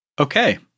Okay